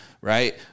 right